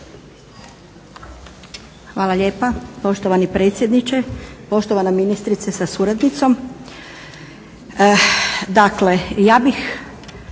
Hvala lijepa poštovani predsjedniče, poštovana ministrice sa suradnicom.